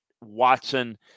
Watson